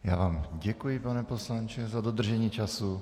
Já vám děkuji, pane poslanče, za dodržení času.